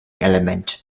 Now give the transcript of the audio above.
element